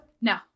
No